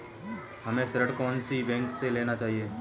हमें ऋण कौन सी बैंक से लेना चाहिए?